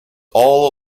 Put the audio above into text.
all